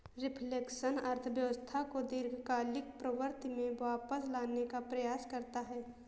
reflection अर्थव्यवस्था को दीर्घकालिक प्रवृत्ति में वापस लाने का प्रयास करता है